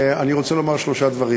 אני רוצה לומר שלושה דברים.